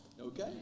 Okay